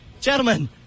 gentlemen